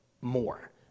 more